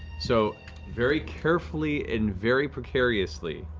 so very carefully and very precariously,